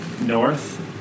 north